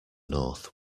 north